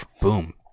boom